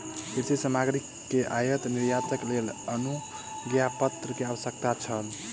कृषि सामग्री के आयात निर्यातक लेल अनुज्ञापत्र के आवश्यकता छल